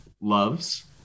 loves